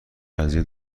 قضیه